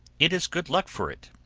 it is good luck for it.